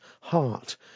Heart